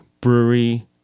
brewery